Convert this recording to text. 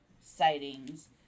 sightings